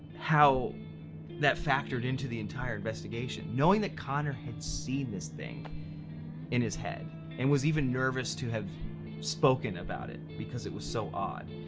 how that factored into the entire investigation, knowing that connor had seen this thing in his head and was even nervous to have spoken about it because it was so odd,